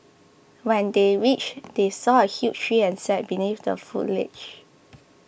when they reached they saw a huge tree and sat beneath the foliage